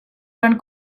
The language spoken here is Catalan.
van